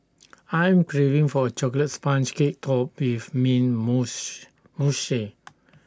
I'm craving for A Chocolate Sponge Cake Topped with mint mousse